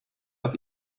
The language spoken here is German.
auf